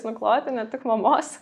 nukloti ne tik mamos